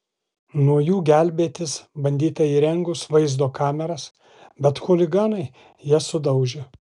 nuo jų gelbėtis bandyta įrengus vaizdo kameras bet chuliganai jas sudaužė